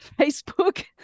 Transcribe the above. Facebook